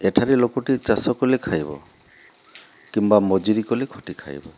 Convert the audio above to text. ଏଠାରେ ଲୋକଟିଏ ଚାଷ କଲେ ଖାଇବ କିମ୍ବା ମଜୁରି କଲେ ଖଟି ଖାଇବ